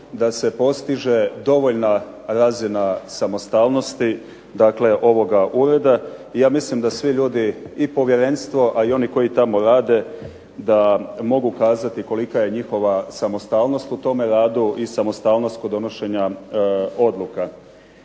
da se postiže dovoljna razina samostalnosti, dakle ovoga ureda. Ja mislim da svi ljudi, i povjerenstvo, a i oni koji tamo rade, da mogu kazati kolika je njihova samostalnost u tome radu i samostalnost kod donošenja odluka.